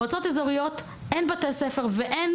מועצות אזוריות אין בתי ספר ואין